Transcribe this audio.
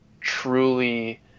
truly